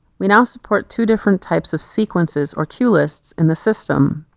we now support two different types of sequences or cue lists in the system.